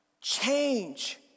change